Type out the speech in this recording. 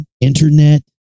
internet